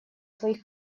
своих